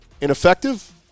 ineffective